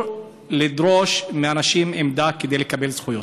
לדרוש מאנשים עמדה כדי לקבל זכויות.